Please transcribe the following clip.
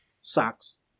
socks